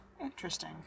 interesting